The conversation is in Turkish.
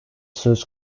söz